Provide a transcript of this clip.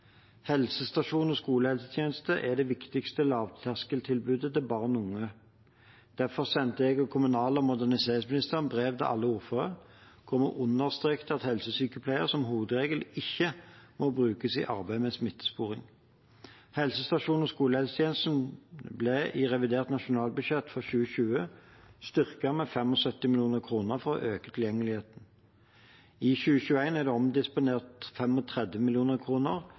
og skolehelsetjeneste er det viktigste lavterskeltilbudet til barn og unge. Derfor sendte jeg og kommunal- og moderniseringsministeren brev til alle ordførere hvor vi understreket at helsesykepleiere som hovedregel ikke må brukes i arbeidet med smittesporing. Helsestasjoner og skolehelsetjenesten ble i revidert nasjonalbudsjett for 2020 styrket med 75 mill. kr for å øke tilgjengeligheten. I 2021 er det omdisponert